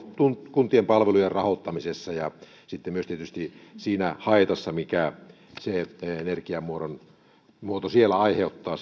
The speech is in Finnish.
kuntien palvelujen rahoittamisessa ja sitten myös tietysti siinä haitassa minkä se energiamuoto aiheuttaa